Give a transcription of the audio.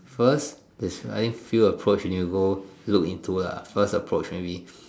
first the science field approach you need to go look into lah the first approach maybe